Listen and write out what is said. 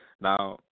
now